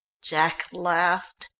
jack laughed.